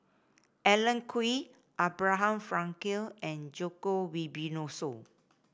Alan Oei Abraham Frankel and Djoko Wibisono